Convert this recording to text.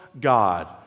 God